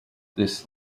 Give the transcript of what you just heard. this